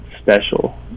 special